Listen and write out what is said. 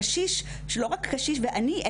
קשיש שלא רק קשיש ועני,